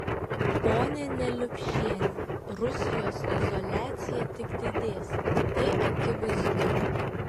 ponia neliupšiene rusijos izoliacija tik didės tai akivaizdu